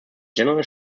general